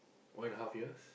one and a half years